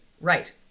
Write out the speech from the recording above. Right